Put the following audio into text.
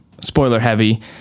spoiler-heavy